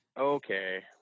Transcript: Okay